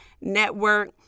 network